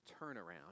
turnaround